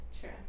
sure